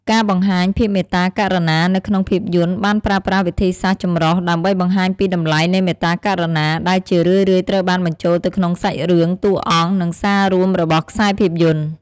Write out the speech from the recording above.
ការបង្ហាញ "ភាពមេត្តាករុណា" នៅក្នុងភាពយន្ត បានប្រើប្រាស់វិធីសាស្រ្តចម្រុះដើម្បីបង្ហាញពីតម្លៃនៃមេត្តាករុណា ដែលជារឿយៗត្រូវបានបញ្ចូលទៅក្នុងសាច់រឿង តួអង្គ និងសាររួមរបស់ខ្សែភាពយន្ត។